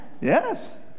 Yes